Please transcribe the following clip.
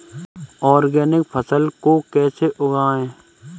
Organic फसल को कैसे उगाएँ?